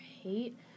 hate